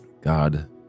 God